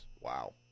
Wow